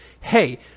Hey